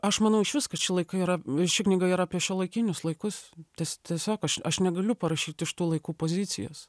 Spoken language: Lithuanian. aš manau iš vis kad ši laikai yra ši knyga yra apie šiuolaikinius laikus tes tiesiog aš aš negaliu parašyt iš tų laikų pozicijos